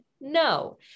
No